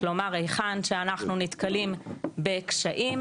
כלומר היכן שאנחנו נתקלים בקשיים,